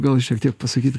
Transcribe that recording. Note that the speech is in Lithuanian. gal šiek tiek pasakyt